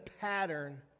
pattern